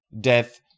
death